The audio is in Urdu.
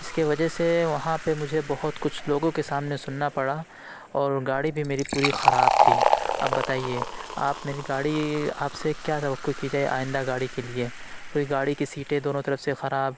اس کے وجہ سے وہاں پہ مجھے بہت کچھ لوگوں کے سامنے سننا پڑا اور گاڑی بھی میری پوری خراب تھی اب بتایئے آپ میری گاڑی آپ سے کیا توقع کی جائے آئندہ گاڑی کے لیے پھر گاڑی کی سیٹیں دونوں طرف سے خراب